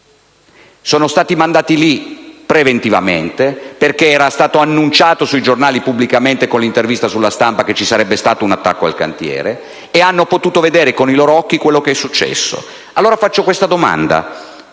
Sono stati mandati lì preventivamente, perché era stato annunciato sui giornali pubblicamente, con l'intervista su «La Stampa», che ci sarebbe stato un attacco al cantiere, e hanno potuto vedere con i loro occhi quello che è successo. Allora faccio una domanda: